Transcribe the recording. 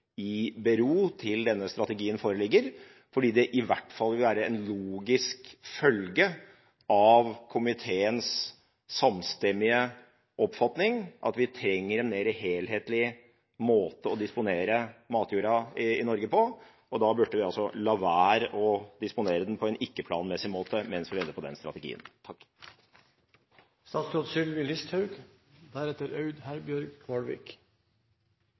i bero til denne strategien foreligger. Det vil i hvert fall være en logisk følge av komiteens samstemmige oppfatning om at vi trenger en mer helhetlig måte å disponere matjorda i Norge på. Da burde vi la være å disponere den på en ikke planmessig måte mens vi venter på den strategien.